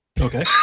Okay